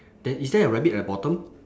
then is there a rabbit at the bottom